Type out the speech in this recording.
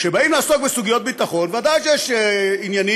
כשבאים לעסוק בסוגיות ביטחון, ודאי שיש עניינים.